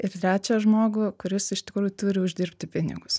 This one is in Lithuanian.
ir trečią žmogų kuris iš tikrųjų turi uždirbti pinigus